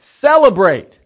Celebrate